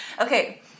Okay